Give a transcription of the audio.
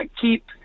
keep